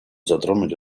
затронуть